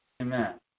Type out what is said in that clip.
Amen